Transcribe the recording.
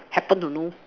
happen to know